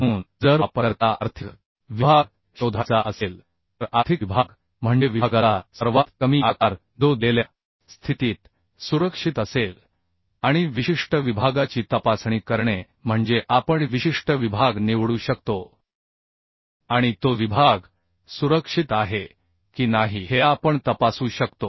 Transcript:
म्हणून जर वापरकर्त्याला आर्थिक विभाग शोधायचा असेल तर आर्थिक विभाग म्हणजे विभागाचा सर्वात कमी आकार जो दिलेल्या स्थितीत सुरक्षित असेल आणि विशिष्ट विभागाची तपासणी करणे म्हणजे आपण विशिष्ट विभाग निवडू शकतो आणि तो विभाग सुरक्षित आहे की नाही हे आपण तपासू शकतो